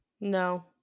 no